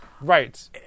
Right